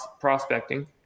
prospecting